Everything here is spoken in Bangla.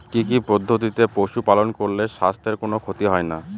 কি কি পদ্ধতিতে পশু পালন করলে স্বাস্থ্যের কোন ক্ষতি হয় না?